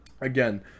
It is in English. again